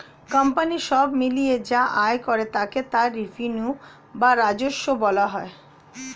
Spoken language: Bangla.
কোম্পানি সব মিলিয়ে যা আয় করে তাকে তার রেভিনিউ বা রাজস্ব বলা হয়